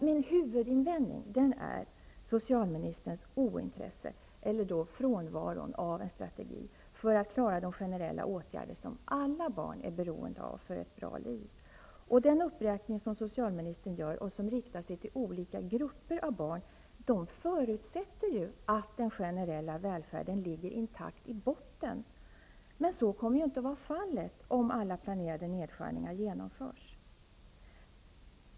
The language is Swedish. Min huvudinvändning är socialministerns ointresse och frånvaron av en strategi för att klara de generella åtgärder som alla barn är beroende av för att kunna leva ett bra liv. De punkter socialministern har räknat upp, och som riktar sig till olika grupper av barn, förutsätter att den generella välfärden finns intakt i botten. Men så kommer inte att vara fallet om alla planerade nedskärningar genomförs.